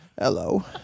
Hello